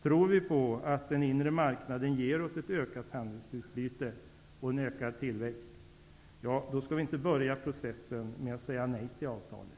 Tror vi på att den inre marknaden ger oss ett ökat handelsutbyte och en ökad tillväxt? I så fall skall vi inte börja processen med att säga nej till avtalet.